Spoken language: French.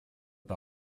pas